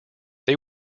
they